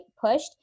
pushed